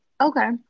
okay